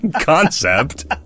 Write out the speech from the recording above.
concept